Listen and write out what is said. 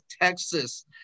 Texas